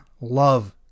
love